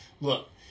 look